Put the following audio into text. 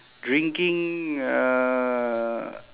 drinking uh